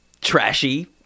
trashy